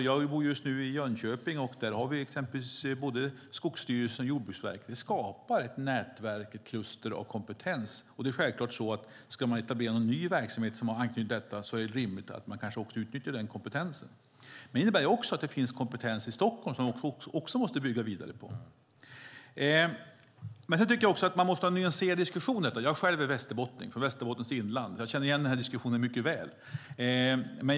Jag bor nu i Jönköping, och där finns Skogsstyrelsen och Jordbruksverket. Det skapar ett nätverk, ett kluster, av kompetens. Om en ny verksamhet ska etableras med anknytning till detta är det rimligt att utnyttja kompetensen. Det innebär också att det finns kompetens i Stockholm som man måste bygga vidare på. Vi måste nyansera diskussionen. Jag är själv västerbottning. Jag är från Västerbottens inland. Jag känner mycket väl igen diskussionen.